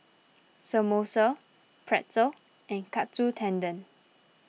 Samosa Pretzel and Katsu Tendon